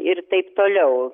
ir taip toliau